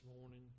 morning